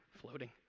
floating